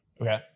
Okay